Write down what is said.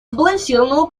сбалансированного